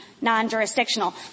non-jurisdictional